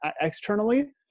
Externally